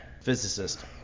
physicist